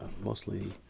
mostly